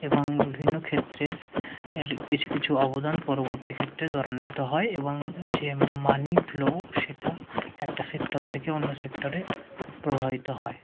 এবং বিভিন্ন ক্ষেত্রের এর কিছু কিছু অবদান পরবর্তী ক্ষেত্রে ত্বরান্বিত হয় এবং যে মানি ফ্লো সেটা একটা সেক্টর থেকে অন্য সেক্টরে প্রবাহিত হয়